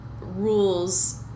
rules